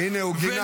הינה, הוא גינה.